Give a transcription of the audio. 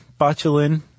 botulin